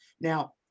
Now